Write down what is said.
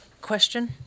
question